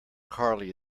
carley